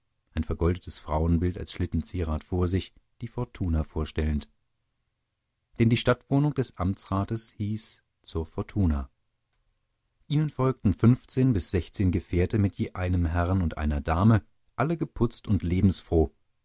ein vergoldetes frauenbild als schlittenzierat vor sich die fortuna vorstellend denn die stadtwohnung des amtsrates hieß zur fortuna ihnen folgten fünfzehn bis sechzehn gefährte mit je einem herrn und einer dame alle geputzt und lebensfroh